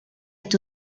est